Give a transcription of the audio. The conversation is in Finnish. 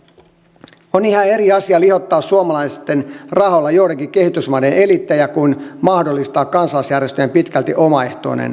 on ihan eri asia lihottaa suomalaisten rahoilla juurikin kehitysmaiden eliittejä kuin mahdollistaa kansalaisjärjestöjen pitkälti omaehtoinen auttamistyö